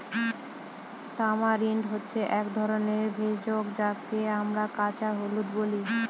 tamarind হয় এক ধরনের ভেষজ যাকে আমরা কাঁচা হলুদ বলি